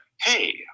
hey